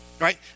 Right